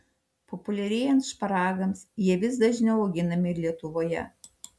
populiarėjant šparagams jie vis dažniau auginami ir lietuvoje